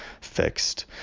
fixed